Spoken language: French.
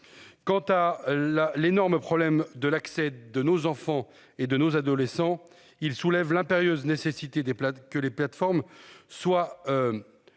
Quant à la l'énorme problème de l'accès de nos enfants et de nos adolescents. Il soulève l'impérieuse nécessité des plats que les plateformes soit.